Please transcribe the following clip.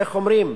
איך אומרים,